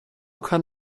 kann